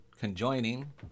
conjoining